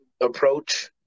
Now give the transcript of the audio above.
approach